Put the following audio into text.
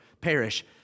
perish